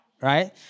Right